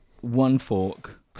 one-fork